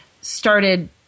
started